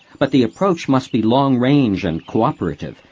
but the approach must be long range and cooperative,